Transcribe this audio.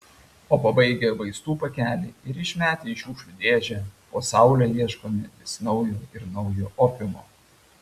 o pabaigę vaistų pakelį ir išmetę į šiukšlių dėžę po saule ieškome vis naujo ir naujo opiumo